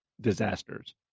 disasters